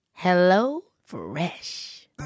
HelloFresh